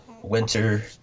winter